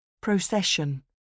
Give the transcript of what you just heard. procession